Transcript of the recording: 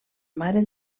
mare